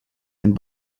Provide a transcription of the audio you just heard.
and